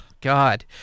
God